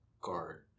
guard